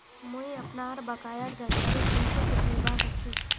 मुई अपनार बकायार जानकारी कुंठित लिबा सखछी